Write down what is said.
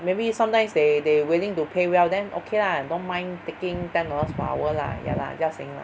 maybe sometimes they they willing to pay well then okay lah don't mind taking ten dollar per hour lah ya lah just saying lah